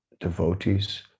devotees